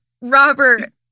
Robert